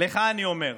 לך אני אומר: